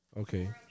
Okay